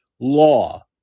law